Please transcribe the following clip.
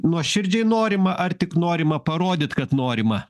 nuoširdžiai norima ar tik norima parodyti kad norima